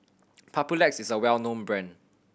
Papulex is a well known brand